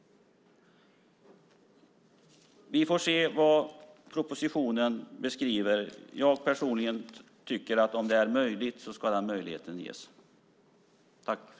Vi får se vad som kommer att stå i propositionen. Jag personligen tycker att den möjligheten ska ges om det går.